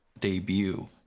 debut